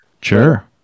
Sure